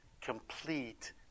complete